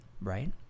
right